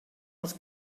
els